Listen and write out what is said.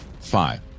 Five